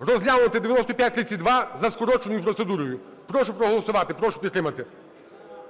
розглянути 9532 за скороченою процедурою. Прошу проголосувати, прошу підтримати.